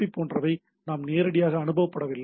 B போன்றவை நாம் நேரடியாக அனுபவபடவில்லை